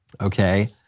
Okay